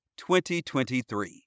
2023